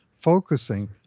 focusing